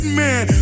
man